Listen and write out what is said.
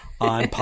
on